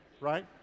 right